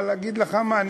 אבל אגיד לך מה,